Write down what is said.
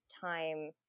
time